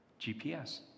GPS